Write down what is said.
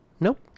Nope